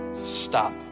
stop